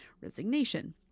resignation